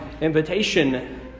invitation